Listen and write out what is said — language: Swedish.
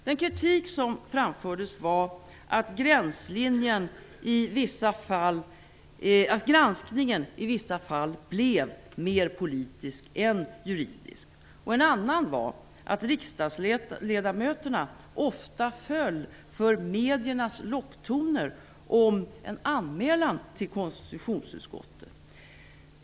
Den kritik som framfördes var att granskningen i vissa fall blev mer politisk än juridisk. En annan kritik var att riksdagsledamöterna ofta föll för mediernas locktoner om en anmälan till konstitutionsutskottet.